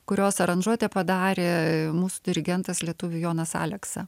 kurios aranžuotę padarė mūsų dirigentas lietuvių jonas aleksa